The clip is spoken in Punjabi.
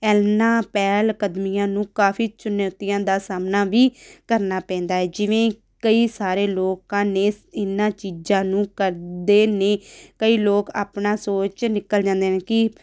ਇਹਨਾਂ ਪਹਿਲ ਕਦਮੀਆਂ ਨੂੰ ਕਾਫੀ ਚੁਣੌਤੀਆਂ ਦਾ ਸਾਹਮਣਾ ਵੀ ਕਰਨਾ ਪੈਂਦਾ ਹੈ ਜਿਵੇਂ ਕਈ ਸਾਰੇ ਲੋਕਾਂ ਨੇ ਇਹਨਾਂ ਚੀਜ਼ਾਂ ਨੂੰ ਕਰਦੇ ਨੇ ਕਈ ਲੋਕ ਆਪਣਾ ਸੋਚ ਨਿਕਲ ਜਾਂਦੇ ਨੇ ਕਿ